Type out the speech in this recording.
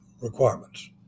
requirements